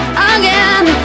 again